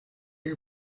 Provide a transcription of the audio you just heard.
you